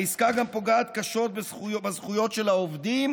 העסקה גם פוגעת קשות בזכויות של העובדים